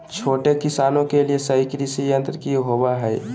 छोटे किसानों के लिए सही कृषि यंत्र कि होवय हैय?